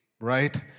right